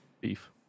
beef